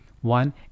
One